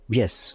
yes